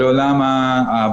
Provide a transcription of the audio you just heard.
היום יש כל מיני דברים,